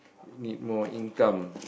you need more income